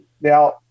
Now